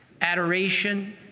adoration